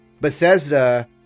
Bethesda